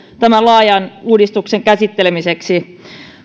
tämän laajan uudistuksen käsittelemiseksi